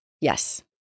Yes